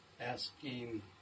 asking